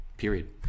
period